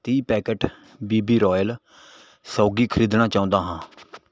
ਤੀਹ packet B B Royal ਸੌਗੀ ਖ਼ਰੀਦਣਾ ਚਾਹੁੰਦਾ ਹਾਂ